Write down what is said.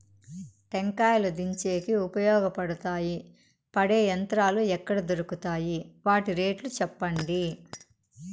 టెంకాయలు దించేకి ఉపయోగపడతాయి పడే యంత్రాలు ఎక్కడ దొరుకుతాయి? వాటి రేట్లు చెప్పండి?